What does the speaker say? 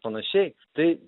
panašiai tai